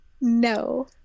No